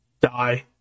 Die